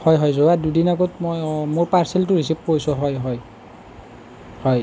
হয় হয় যোৱা দুদিন আগত মই মোৰ পাৰ্চেলটো ৰিচিভ কৰিছোঁ হয় হয়